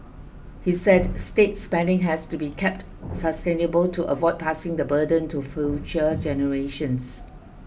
he said state spending has to be kept sustainable to avoid passing the burden to future generations